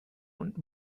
und